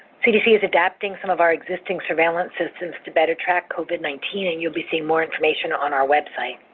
cdc is adapting some of our existing surveillance systems to better track covid nineteen, and you'll be seeing more information on our website.